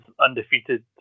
undefeated